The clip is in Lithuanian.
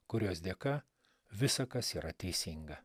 kurios dėka visa kas yra teisinga